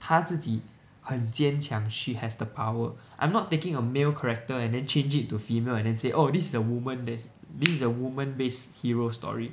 她自己很坚强 she has the power I'm not taking a male character and then change it into female and then say oh this is a woman thus this is a woman based hero story